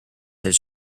his